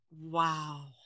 Wow